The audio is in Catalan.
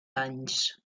anys